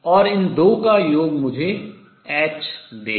और इन दो का योग मुझे h देगा